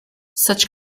such